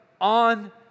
on